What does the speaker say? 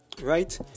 right